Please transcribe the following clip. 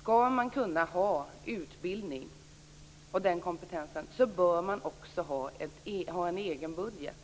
Skall man kunna ha utbildning när det gäller den här kompetensen bör man också ha en egen budget.